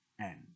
end